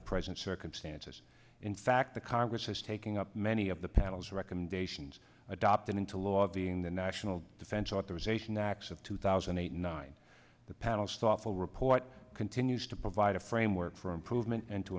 the present circumstances in fact the congress is taking up many of the panel's recommendations adopted into law being the national defense authorization act of two thousand and nine the panel's thoughtful report continues to provide a framework for improvement and to